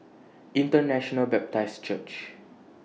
International Baptist Church